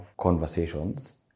conversations